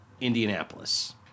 Indianapolis